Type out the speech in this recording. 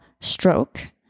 stroke